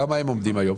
על כמה הן עומדות היום?